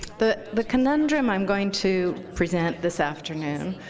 the the conundrum i'm going to present this afternoon,